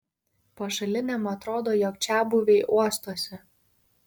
pašaliniam atrodo jog čiabuviai uostosi